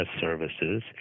services